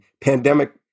pandemic